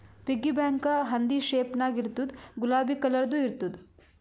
piggy bank ಹಂದಿ shape ನಾಗ್ ಇರ್ತುದ್ ಗುಲಾಬಿ ಕಲರ್ದು ಇರ್ತುದ್